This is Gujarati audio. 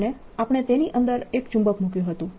અને આપણે તેની અંદર એક ચુંબક મૂક્યું હતું